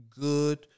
good